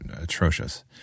atrocious